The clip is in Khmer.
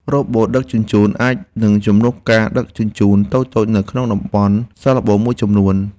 រ៉ូបូតដឹកជញ្ជូន អាចនឹងជំនួសការដឹកជញ្ជូនតូចៗនៅក្នុងតំបន់សាកល្បងមួយចំនួន។